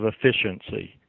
efficiency